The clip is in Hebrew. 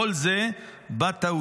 כל זה בתאוג'יהי.